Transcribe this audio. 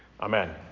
amen